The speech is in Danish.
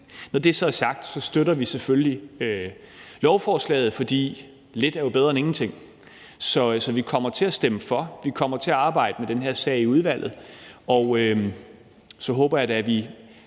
Når det så er sagt, støtter vi selvfølgelig lovforslaget, for lidt er jo bedre end ingenting. Så vi kommer til at stemme for; vi kommer til at arbejde med den her sag i udvalget, og så håber jeg da, at vi